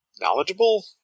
knowledgeable